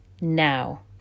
now